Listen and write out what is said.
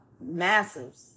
massive